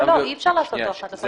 אי אפשר לעשות אחת לחודש.